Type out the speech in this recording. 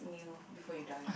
meal before you die